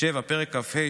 פרק כ"ה,